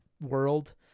world